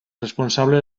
responsable